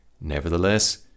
Nevertheless